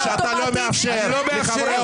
אני לא מאפשר כרגע.